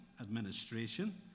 administration